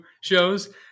shows